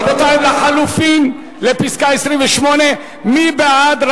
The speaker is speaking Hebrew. רבותי, לחלופין, ב-28, מי בעד?